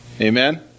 Amen